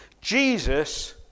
Jesus